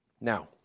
Now